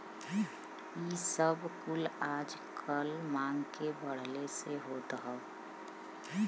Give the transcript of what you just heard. इ सब कुल आजकल मांग के बढ़ले से होत हौ